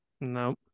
No